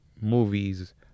movies